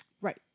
Right